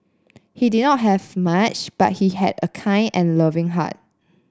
he did not have much but he had a kind and loving heart